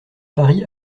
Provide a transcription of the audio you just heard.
paris